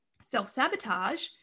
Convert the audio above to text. self-sabotage